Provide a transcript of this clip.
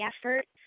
effort